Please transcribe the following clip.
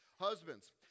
Husbands